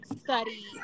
study